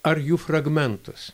ar jų fragmentus